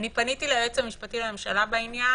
פניתי ליועץ המשפטי לממשלה בעניין,